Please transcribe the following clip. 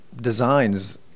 designs